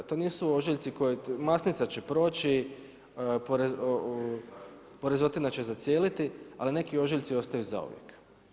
To nisu ožiljci, masnica će proći, porezotina će zacijeliti, ali neki ožiljci ostaju zauvijek.